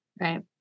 Right